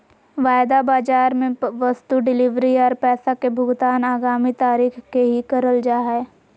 वायदा बाजार मे वस्तु डिलीवरी आर पैसा के भुगतान आगामी तारीख के ही करल जा हय